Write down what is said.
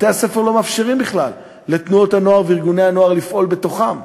בתי-הספר לא מאפשרים בכלל לתנועות הנוער וארגוני הנוער לפעול בתוכם,